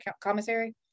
commissary